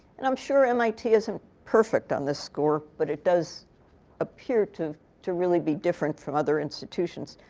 and i'm sure mit isn't perfect on this score, but it does appear to to really be different from other institutions.